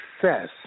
success